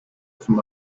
from